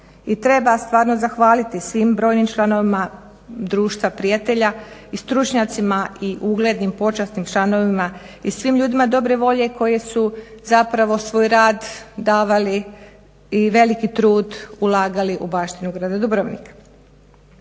treba stvarno zahvaliti svim bronjim članovima Društva prijatelja i stručnjacima i uglednim počasnim članovima i svim ljudima dobre volje koji su zapravo svoj rad davali i veliki trud ulagali u baštinu grada Dubrovnika.